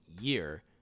year